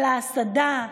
על ההסעדה,